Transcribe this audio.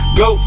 go